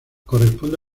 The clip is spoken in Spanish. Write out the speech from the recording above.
corresponde